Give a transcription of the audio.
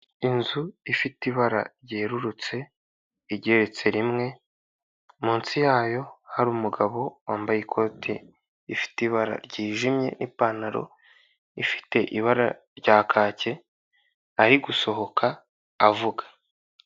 Inzu ifite ibara ryerurutse igereretse rimwe, munsi yayo hari umugabo wambaye ikoti ifite ibara ryijimye n'ipantaro ifite ibara rya kake, ari gusohoka avuga.